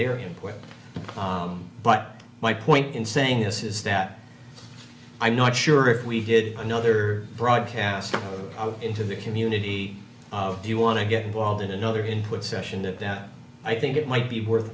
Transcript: their important but my point in saying this is that i'm not sure if we did another broadcast into the community do you want to get involved in another input session that i think it might be worth